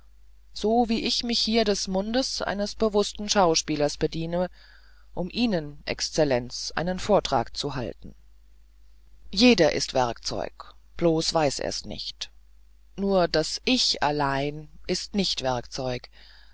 so wie ich mich hier des mundes eines bewußten schauspielers bediene um ihnen exzellenz einen vortrag zu halten jeder ist werkzeug bloß weiß er's nicht nur das ich allein ist nicht werkzeug